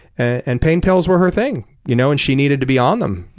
and pain pills were her thing. you know and she needed to be on them,